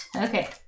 Okay